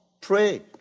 pray